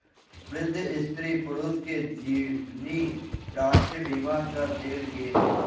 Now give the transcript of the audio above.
वृद्ध स्त्री पुरुष के जीवनी राष्ट्रीय बीमा सँ देल गेल